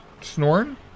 Snoring